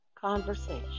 conversation